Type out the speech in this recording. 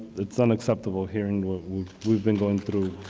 it's unacceptable hearing what been going through.